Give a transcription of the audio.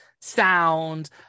sound